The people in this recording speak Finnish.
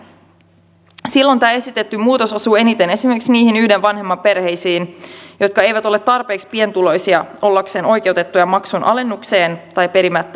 silloin tämä esitetty muutos osuu eniten esimerkiksi niihin yhden vanhemman perheisiin jotka eivät ole tarpeeksi pienituloisia ollakseen oikeutettuja maksun alennukseen tai perimättä jättämiseen